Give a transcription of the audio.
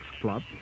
club